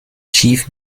chief